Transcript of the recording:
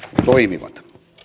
toimivat